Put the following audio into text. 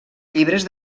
llibres